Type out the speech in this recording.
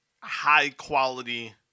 high-quality